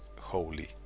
holy